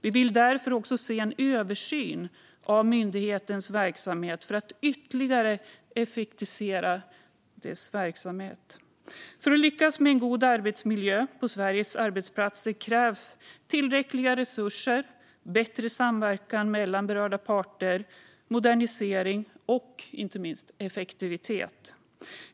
Vi vill därför se en översyn av myndighetens verksamhet för att ytterligare effektivisera dess verksamhet. För att lyckas med en god arbetsmiljö på Sveriges arbetsplatser krävs tillräckliga resurser, bättre samverkan mellan berörda parter, modernisering och inte minst effektivitet.